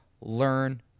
learn